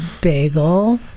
bagel